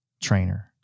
trainer